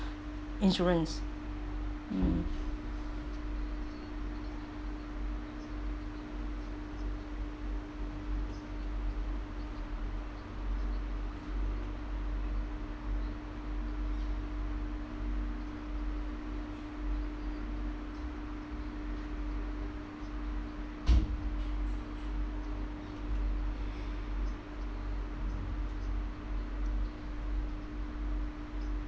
insurance mm